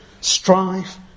strife